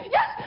Yes